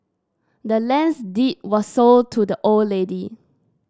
the land's deed was sold to the old lady